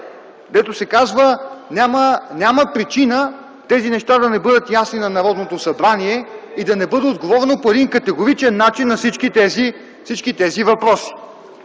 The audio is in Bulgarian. Както се казва, няма причина тези неща да не бъдат ясни на Народното събрание и да ни бъде отговорено по един категоричен начин на всички тези въпроси.